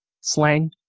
slang